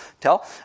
tell